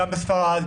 גם בספרד,